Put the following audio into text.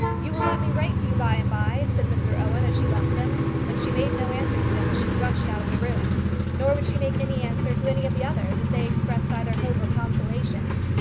you will let me write to you by-and-by? said mr owen as she left him but she made no answer to him as she rushed out of the room nor would she make any answer to any of the others as they expressed either hope or consolation.